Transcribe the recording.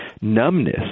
numbness